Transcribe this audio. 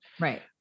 Right